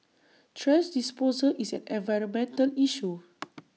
trash disposal is an environmental issue